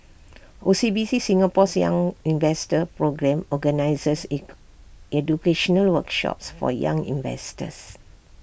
O C B C Singapore's young investor programme organizes educational workshops for young investors